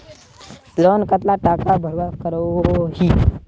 Loan कतला टाका भरवा करोही?